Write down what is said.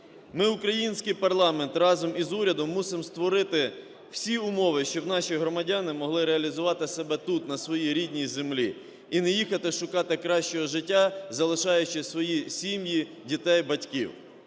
Ми, український парламент, разом з урядом мусимо створити всі умови, щоб наші громадяни могли реалізувати себе тут, на своїй рідній землі, і не їхати шукати кращого життя, залишаючи свої сім'ї, дітей, батьків.